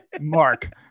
Mark